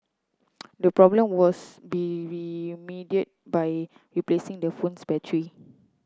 the problem was be remedied by replacing the phone's battery